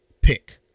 pick